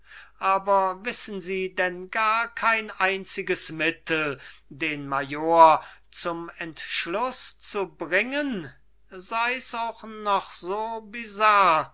aber wissen sie denn gar kein einziges mittel den major zum entschluß zu bringen sei's auch noch so